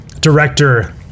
director